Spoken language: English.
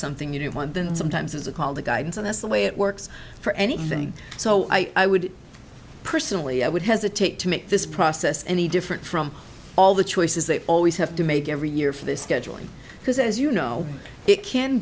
something you know what then sometimes it's called the guidance and that's the way it works for anything so i would personally i would hesitate to make this process any different from all the choices they always have to make every year for the scheduling because as you know it can